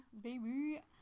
baby